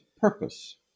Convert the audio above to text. purpose